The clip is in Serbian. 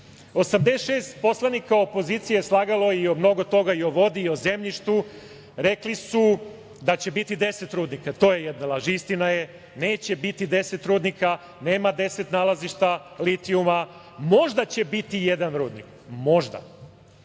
poslanika opozicije slagalo je mnogo toga i o vodi i o zemljištu. Rekli su da će biti 10 rudnika, i to je jedna laž. Istina je da neće biti 10 rudnika, nema 10 nalazišta litijuma. Možda će biti jedan rudnik.